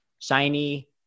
Shiny